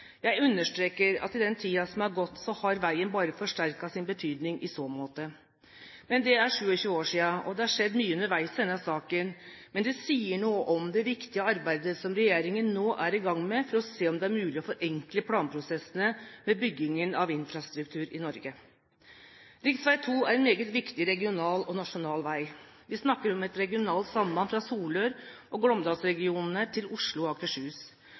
Jeg understreker at i den tiden som har gått, har veien bare forsterket sin betydning i så måte. Men det er 27 år siden, og det har skjedd mye underveis i denne saken, men det sier noe om det viktige arbeidet som regjeringen nå er i gang med for å se om det er mulig å forenkle planprosessene med byggingen av infrastruktur i Norge. Rv. 2 er en meget viktig regional og nasjonal vei. Vi snakker om et regionalt samband fra Solør og Glåmdalsregionen til Oslo og Akershus.